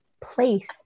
place